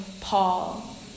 Paul